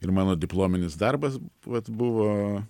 ir mano diplominis darbas buvo